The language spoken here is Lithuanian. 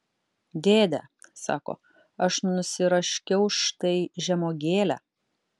dėde sako aš nusiraškiau štai žemuogėlę